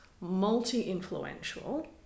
multi-influential